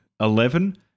Eleven